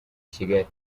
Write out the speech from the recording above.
kigali